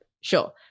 Sure